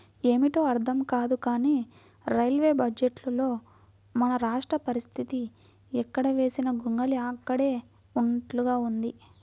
ఏమిటో అర్థం కాదు కానీ రైల్వే బడ్జెట్లో మన రాష్ట్ర పరిస్తితి ఎక్కడ వేసిన గొంగళి అక్కడే ఉన్నట్లుగా ఉంది